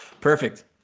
perfect